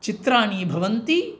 चित्राणि भवन्ति